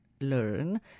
learn